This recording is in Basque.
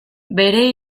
bere